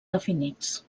definits